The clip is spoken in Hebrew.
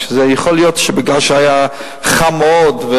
יכול להיות שמכיוון שהיה חם מאוד,